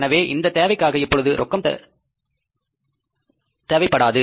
எனவே இந்த தேவைக்காக இப்பொழுது ரொக்கம் தேவைப்படாது